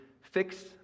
fix